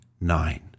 nine